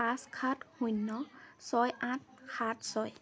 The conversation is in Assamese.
পাঁচ সাত শূন্য ছয় আঠ সাত ছয়